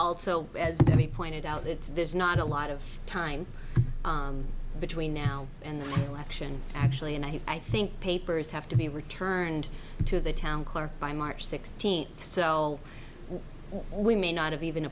also as we pointed out it's there's not a lot of time between now and the election actually and i think papers have to be returned to the town clerk by march sixteenth so we may not have even